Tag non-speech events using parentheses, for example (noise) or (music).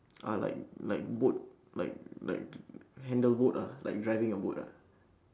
ah like like boat like like (noise) handle boat ah like driving a boat lah